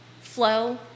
flow